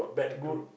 back group